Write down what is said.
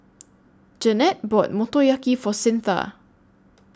Jannette bought Motoyaki For Cyntha